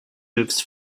moves